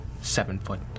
seven-foot